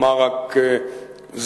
אומר רק זאת: